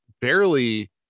barely